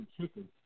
chicken